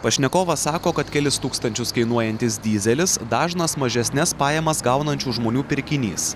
pašnekovas sako kad kelis tūkstančius kainuojantis dyzelis dažnas mažesnes pajamas gaunančių žmonių pirkinys